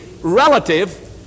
relative